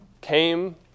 came